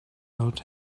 out